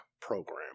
program